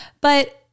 But-